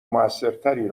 موثرتری